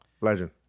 Legend